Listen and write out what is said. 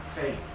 faith